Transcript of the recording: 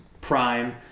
prime